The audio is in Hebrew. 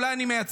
אולי אני מייצג,